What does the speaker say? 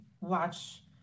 watch